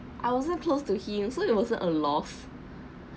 I wasn't close to him so it wasn't a loss